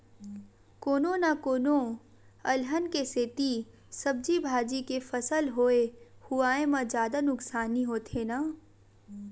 कोनो न कोनो अलहन के सेती सब्जी भाजी के फसल होए हुवाए म जादा नुकसानी होथे न